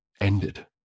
Ended